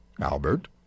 Albert